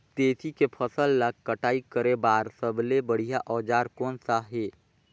तेसी के फसल ला कटाई करे बार सबले बढ़िया औजार कोन सा हे?